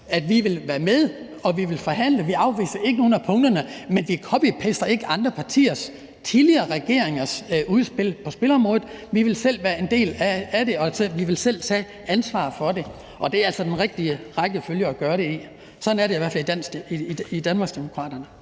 at vi vil være med, og at vi vil forhandle. Vi afviste ikke nogen af punkterne, men vi copy-paster ikke andre partiers, tidligere regeringers udspil på spilområdet. Vi vil selv være en del af det, og vi vil selv tage ansvar for det. Og det er altså den rigtige rækkefølge at gøre det i. Sådan er det i hvert fald i Danmarksdemokraterne.